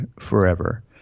forever